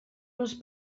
les